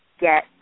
get